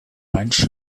punch